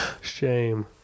shame